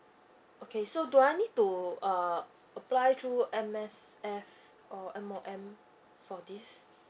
okay so do I need to uh apply through M_S_F or M_O_M for this